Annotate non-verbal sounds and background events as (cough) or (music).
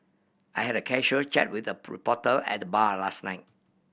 I had a casual chat with a (unintelligible) reporter at the bar last night